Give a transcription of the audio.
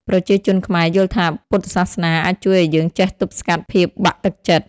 ប្រជាជនខ្មែរយល់ថាពុទ្ធសាសនាអាចជួយឲ្យយើងចេះទប់ស្កាត់ភាពបាក់ទឺកចិត្ត។